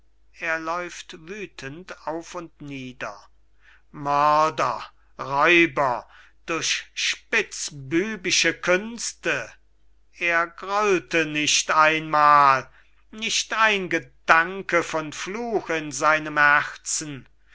mörder räuber durch spitzbübische künste er grollte nicht einmal nicht ein gedanke von fluch in seinem herzen